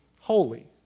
holy